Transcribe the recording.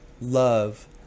love